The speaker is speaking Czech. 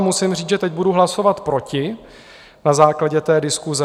Musím říct, že teď budu hlasovat proti na základě té diskuse.